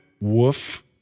woof